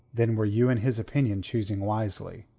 then were you in his opinion choosing wisely.